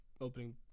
opening